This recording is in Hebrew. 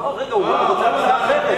לא, רגע, יש הצעה אחרת.